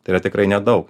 tai yra tikrai nedaug